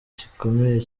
gikomeye